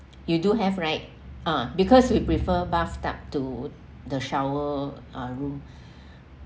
you do have right ah because we prefer bathtub to the shower uh room